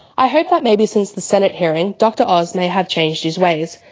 i hoped that maybe since the senate hearing dr oz may have changed his ways,